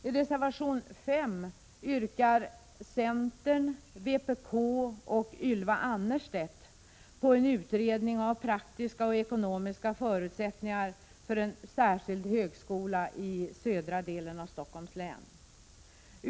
I reservation 5 yrkar företrädarna för centern och vpk samt Ylva Annerstedt på en utredning av praktiska och ekonomiska förutsättningar för en särskild högskola i södra delen av Stockholms län.